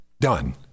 Done